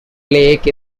lake